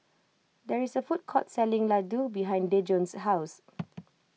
there is a food court selling Ladoo behind Dejon's house